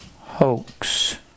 hoax